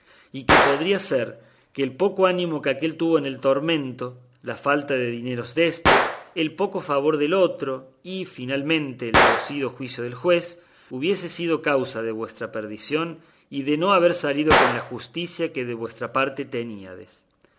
y que podría ser que el poco ánimo que aquél tuvo en el tormento la falta de dineros déste el poco favor del otro y finalmente el torcido juicio del juez hubiese sido causa de vuestra perdición y de no haber salido con la justicia que de vuestra parte teníades